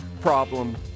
problem